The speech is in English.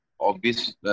obvious